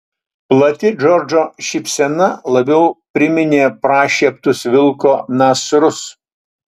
plati džordžo šypsena labiau priminė prašieptus vilko nasrus